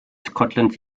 scotland